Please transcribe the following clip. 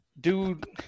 Dude